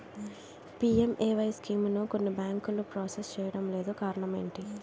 PMAY స్కీమును కొన్ని బ్యాంకులు ప్రాసెస్ చేయడం లేదు కారణం ఏమిటి?